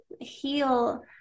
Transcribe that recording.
heal